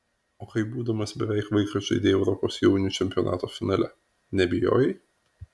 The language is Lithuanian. o kai būdamas beveik vaikas žaidei europos jaunių čempionato finale nebijojai